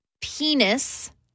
penis